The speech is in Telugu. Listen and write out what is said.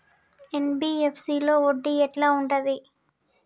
ఎన్.బి.ఎఫ్.సి లో వడ్డీ ఎట్లా ఉంటది?